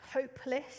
hopeless